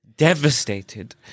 Devastated